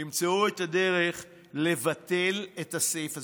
תמצאו את הדרך לבטל את הסעיף הזה.